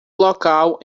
local